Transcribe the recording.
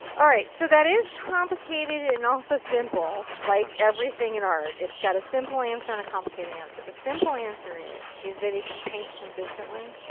alright. so that is complicated and also simple. like everything in art. it's got a simple answer and a complicated answer. the simple answer is, is that if you paint consistently,